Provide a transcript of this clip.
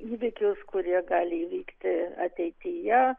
įvykius kurie gali įvykti ateityje